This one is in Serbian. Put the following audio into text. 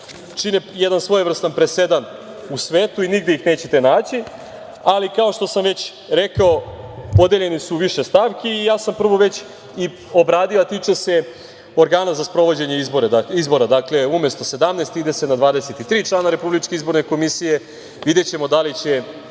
čine jedan svojevrstan presedan u svetu i nigde ih nećete naći, ali kao što sam već rekao, podeljene su u više stavki i ja sam prvu već obradio, a tiče se organa za sprovođenje izbora. Dakle, umesto 17 ide se na 23 člana RIK-a. Videćemo da li će